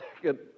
second